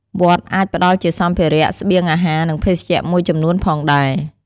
វត្តអាចផ្ដល់ជាសម្ភារៈ ស្បៀងអាហារ និងភេសជ្ជៈមួយចំនួនផងដែរ។